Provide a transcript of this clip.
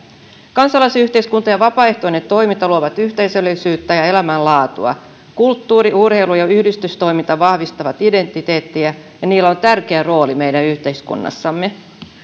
kansalaisyhteiskunta ja vapaaehtoinen toiminta luovat yhteisöllisyyttä ja elämänlaatua kulttuuri urheilu ja yhdistystoiminta vahvistavat identiteettiä ja niillä on tärkeä rooli meidän yhteiskunnassamme